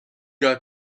got